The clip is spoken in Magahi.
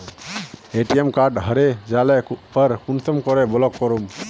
ए.टी.एम कार्ड हरे जाले पर कुंसम के ब्लॉक करूम?